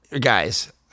Guys